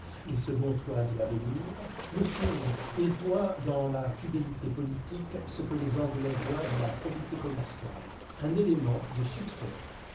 les seconds toisent l'avenir le sondent et voient dans la fidélité politique ce que les anglais voient dans la probité commerciale un élément de succès